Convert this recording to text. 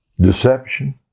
deception